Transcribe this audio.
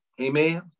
Amen